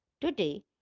Today